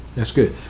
that's good.